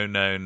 no